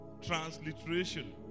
Transliteration